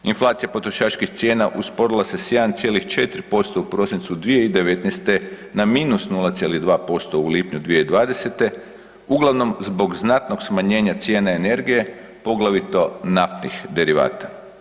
Inflacija potrošačkih cijena usporila se s 1,4% u prosincu 2019. na minus 0,2% u lipnju 2020. uglavnom zbog znatnog smanjenja cijene energije, poglavito naftnih derivata.